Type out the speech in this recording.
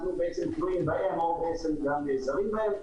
אנחנו תלויים בהם וגם נעזרים בהם.